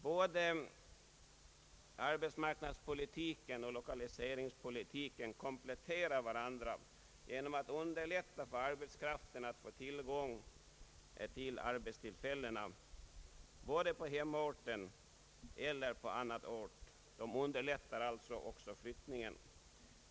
Både arbetsmarknadspolitiken och lokaliseringspolitiken kompletterar varandra genom att underlätta för arbetskraften att få tillgång till arbetstillfällena såväl på hemorten eller om detta inte är möjligt på annan ort.